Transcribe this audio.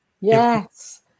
Yes